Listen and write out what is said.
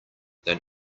than